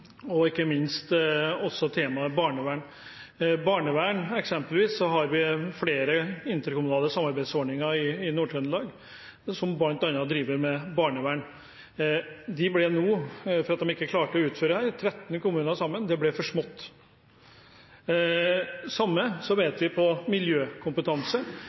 og ikke minst temaet barnevern. Når det gjelder barnevern, har vi eksempelvis flere interkommunale samarbeidsordninger i Nord-Trøndelag, der man bl.a. driver med barnevern. Der klarte de ikke å utføre dette, 13 kommuner sammen – det ble for smått. Det samme gjelder miljøkompetanse.